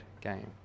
game